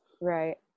Right